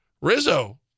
Rizzo